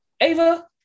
Ava